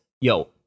yo